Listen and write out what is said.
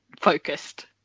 focused